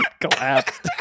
Collapsed